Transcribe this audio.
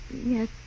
Yes